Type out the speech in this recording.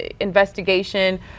investigation